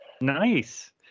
nice